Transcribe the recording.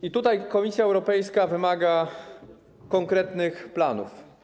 I tutaj Komisja Europejska wymaga konkretnych planów.